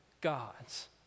God's